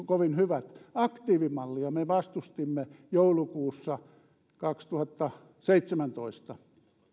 kovin hyvät aktiivimallia me vastustimme joulukuussa kaksituhattaseitsemäntoista